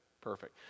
Perfect